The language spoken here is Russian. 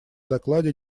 докладе